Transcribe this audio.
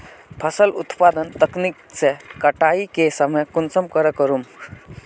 फसल उत्पादन तकनीक के कटाई के समय कुंसम करे करूम?